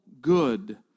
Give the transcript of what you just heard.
good